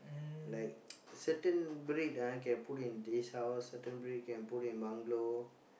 like certain breed ah can put in this house certain breed can put in bungalow